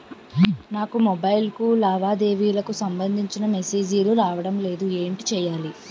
నాకు మొబైల్ కు లావాదేవీలకు సంబందించిన మేసేజిలు రావడం లేదు ఏంటి చేయాలి?